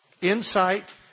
insight